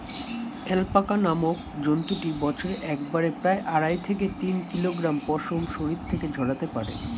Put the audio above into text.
alpaca নামক জন্তুটি বছরে একবারে প্রায় আড়াই থেকে তিন কিলোগ্রাম পশম শরীর থেকে ঝরাতে পারে